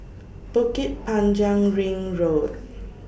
Bukit Panjang Ring Road